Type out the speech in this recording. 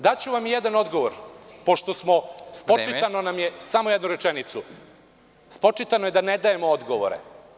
Daću vam jedan odgovor, pošto smo … (Predsednik: Vreme.) Samo jednu rečenicu. … spočitano je da ne dajemo odgovore.